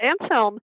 Anselm